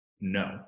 no